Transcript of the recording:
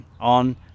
on